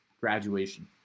Graduation